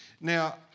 Now